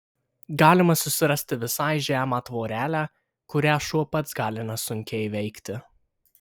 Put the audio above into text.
galima susirasti visai žemą tvorelę kurią šuo pats gali nesunkiai įveikti